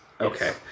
okay